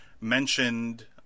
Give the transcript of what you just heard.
mentioned